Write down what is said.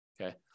Okay